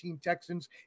Texans